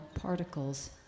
particles